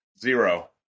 zero